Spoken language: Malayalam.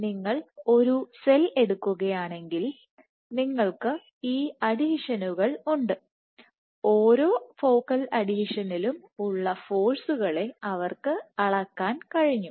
നിങ്ങൾ ഒരു സെൽ എടുക്കുകയാണെങ്കിൽ നിങ്ങൾക്ക് ഈ അഡ്ഹീഷനുകൾ ഉണ്ട്ഓരോ ഫോക്കൽ അഡ്ഹീഷനിലും ഉള്ള ഫോഴ്സുകളെ അവർക്ക് അളക്കാൻ കഴിഞ്ഞു